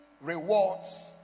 rewards